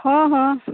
हँ हँ